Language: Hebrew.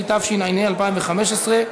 התשע"ה 2015,